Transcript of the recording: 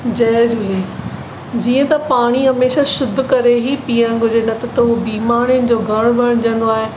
जय झूले जीअं त पाणी हमेशा शुद्ध करे ई पीअणु घुरिजे न त त उहा बीमारीनि जो घरु बणजंदो आहे